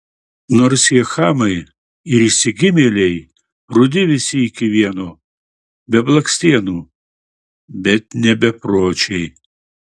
nors jie chamai ir išsigimėliai rudi visi iki vieno be blakstienų bet ne bepročiai